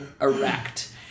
erect